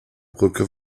brücke